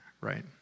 right